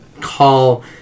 call